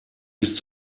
bist